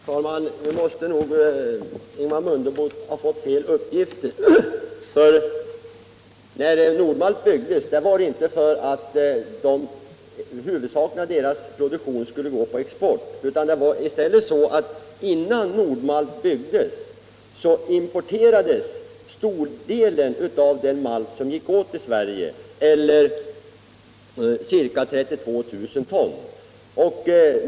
Herr talman! Ingemar Mundebo måste ha fått fel uppgifter beträffande Nord-Malt. Nord-Malt byggdes inte för att företagets huvudsakliga pro duktion skulle gå på export. Före Nord-Malts tillkomst var situationen den att merparten av den malt som gick åt i Sverige, eller ca 32 000 ton, importerades.